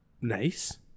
Nice